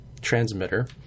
transmitter